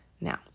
Now